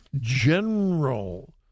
general